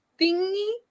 thingy